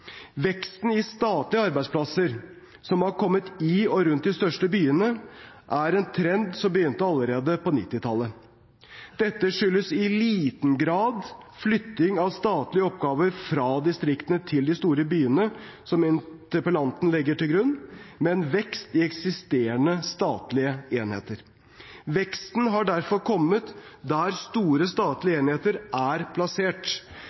Veksten i statlige arbeidsplasser, som har kommet i og rundt de største byene, er en trend som begynte allerede på 1990-tallet. Dette skyldes i liten grad flytting av statlige oppgaver fra distriktene til de store byene, som interpellanten legger til grunn, men vekst i eksisterende statlige enheter. Veksten har derfor kommet der store statlige enheter er plassert.